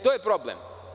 To je problem.